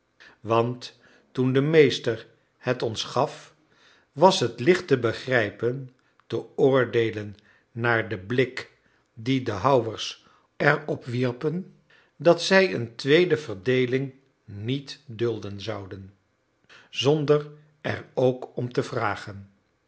want toen de meester het ons gaf was het licht te begrijpen te oordeelen naar den blik dien de houwers er op wierpen dat zij een tweede verdeeling niet dulden zouden zonder er ook om te vragen